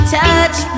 touch